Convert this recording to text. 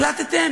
הקלטתם?